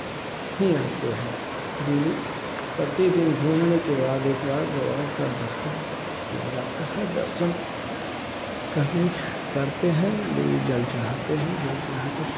ही आते हैं डेली प्रतिदिन घूमने के बाद एक बार बाबा का दर्शन किया जाता है दर्शन करने करते हैं डेली जल चढ़ाते हैं जल चढ़ाकर